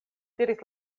diris